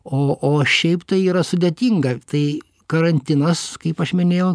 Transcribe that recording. o o šiaip tai yra sudėtinga tai karantinas kaip aš minėjau